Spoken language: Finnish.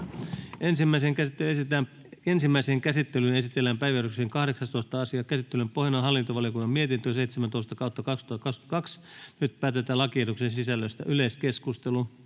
Ensimmäiseen käsittelyyn esitellään päiväjärjestyksen 16. asia. Käsittelyn pohjana on sivistysvaliokunnan mietintö SiVM 8/2022 vp. Nyt päätetään lakiehdotuksen sisällöstä. Avaan yleiskeskustelun.